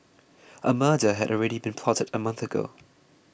a murder had already been plotted a month ago